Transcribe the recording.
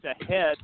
ahead